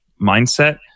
mindset